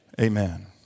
amen